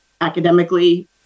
academically